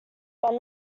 but